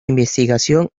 investigación